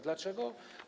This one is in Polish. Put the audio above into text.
Dlaczego?